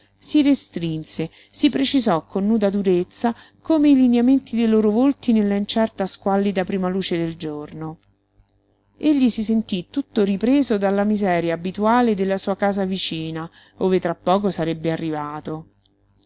si restrinse si precisò con nuda durezza come i lineamenti dei loro volti nella incerta squallida prima luce del giorno egli si sentí tutto ripreso dalla miseria abituale della sua casa vicina ove tra poco sarebbe arrivato